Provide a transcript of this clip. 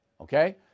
Okay